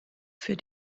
für